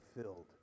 filled